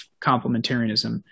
complementarianism